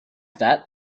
that